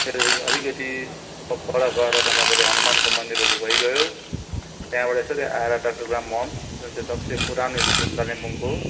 त्यहाँदेखि अलिकति अप पर गएर तपाईँको त्यो हनुमानको मन्दिरहरू भइगयो त्यहाँबाट यसरी आएर डाक्टर ग्राम होम्स जुन चाहिँ सबसे पुरानो स्कुल कालिम्पोङको